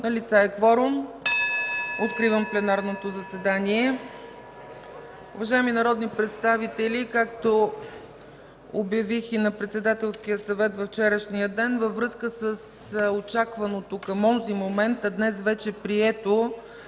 Налице е кворум. Откривам пленарното заседание. (Звъни.) Уважаеми народни представители, както обявих и на Председателския съвет във вчерашния ден, във връзка с очакваното към онзи момент, а днес вече прието